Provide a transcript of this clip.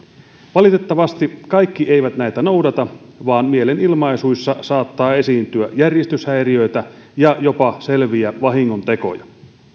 valitettavasti kaikki eivät näitä noudata vaan mielenilmaisuissa saattaa esiintyä järjestyshäiriöitä ja jopa selviä vahingontekoja